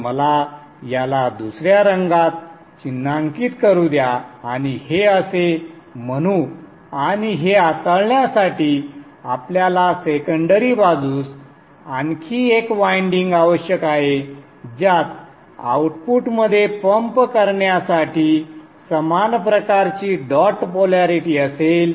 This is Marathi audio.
तर मला याला दुसर्या रंगात चिन्हांकित करू द्या आणि हे असे म्हणू आणि हे हाताळण्यासाठी आपल्याला सेकंडरी बाजूस आणखी एक वायंडिंग आवश्यक आहे ज्यात आउटपुटमध्ये पंप करण्यासाठी समान प्रकारची डॉट पोलॅरिटी असेल